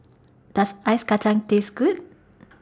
Does Ice Kacang Taste Good